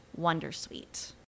Wondersuite